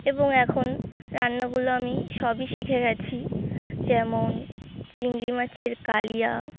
এবং এখন রান্নাগুলো আমি সবই শিখে গিয়েছি যেমন চিংড়ি মাছের কালিয়া